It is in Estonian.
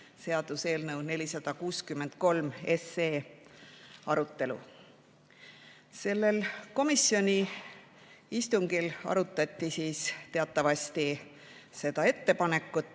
seaduse eelnõu 463 arutelu. Sellel komisjoni istungil arutati teatavasti seda ettepanekut,